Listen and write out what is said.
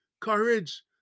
courage